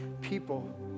people